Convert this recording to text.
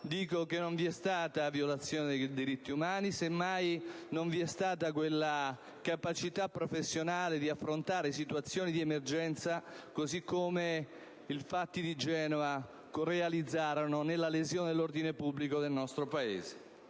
dico che non vi è stata violazione dei diritti umani, ma, semmai, non vi è stata quella capacità professionale di affrontare situazioni di emergenza, così come i fatti di Genova concorsero a realizzare nella lesione dell'ordine pubblico del nostro Paese.